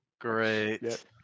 Great